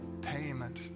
payment